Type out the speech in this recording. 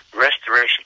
Restoration